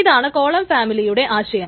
ഇതാണ് കോളം ഫാമിലിയുടെ ആശയം